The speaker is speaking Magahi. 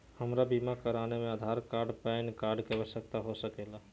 हमरा बीमा कराने में आधार कार्ड पैन कार्ड की आवश्यकता हो सके ला?